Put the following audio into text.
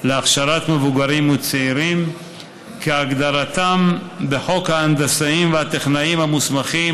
להכשרת מבוגרים וצעירים כהגדרתם בחוק ההנדסאים והטכנאים המוסמכים,